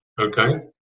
Okay